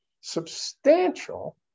substantial